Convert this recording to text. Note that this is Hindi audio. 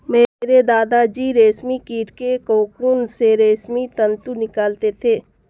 मेरे दादा जी रेशमी कीट के कोकून से रेशमी तंतु निकालते थे